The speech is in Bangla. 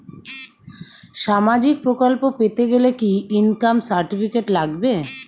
সামাজীক প্রকল্প পেতে গেলে কি ইনকাম সার্টিফিকেট লাগবে?